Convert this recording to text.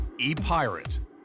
ePirate